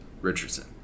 Richardson